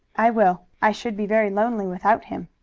i will. i should be very lonely without him.